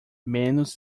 menos